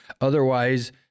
Otherwise